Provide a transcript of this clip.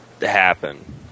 happen